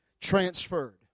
transferred